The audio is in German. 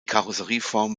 karosserieform